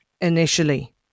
initially